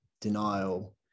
denial